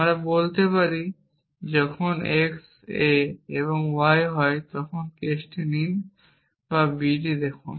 আমরা বলতে পারি যখন x a এবং y হয় তখন কেসটি নিন বা b দেখুন